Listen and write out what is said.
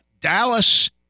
Dallas